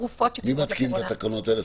לתרופות של קורונה -- מי מתקין את התקנות האלה?